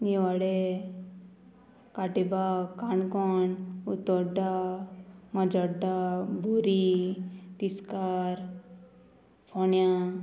नीव वाडें काटिबाग काणकोण उत्तोड्डा माजोड्डा बुरि तिस्कार फोण्या